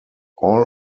all